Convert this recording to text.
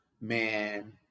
man